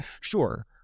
sure